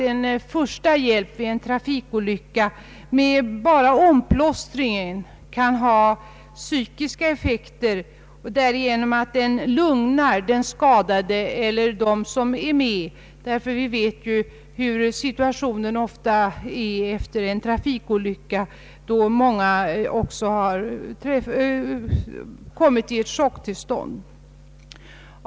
En första hjälp med omplåstring kan också ha psykologisk effekt därigenom att den lugnar den skadade.” Vi vet ju att många befinner sig i chocktillstånd efter en trafikolycka.